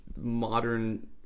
modern